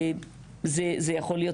זה לפרוטוקול,